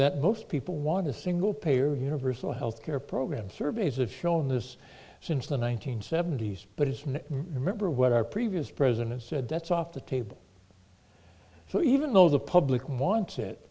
that most people want a single payer universal healthcare program surveys of shown this since the one nine hundred seventy s but it's not remember what our previous president said that's off the table so even though the public wants it